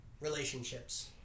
relationships